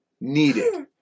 needed